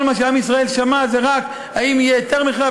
מה שעם ישראל שמע זה רק אם יהיה היתר מכירה,